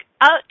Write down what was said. out